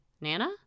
Nana